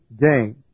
gain